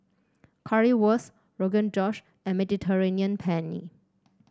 Currywurst Rogan Josh and Mediterranean Penne